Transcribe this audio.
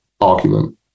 argument